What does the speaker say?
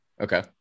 Okay